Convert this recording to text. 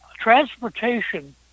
transportation